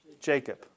Jacob